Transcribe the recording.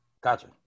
Gotcha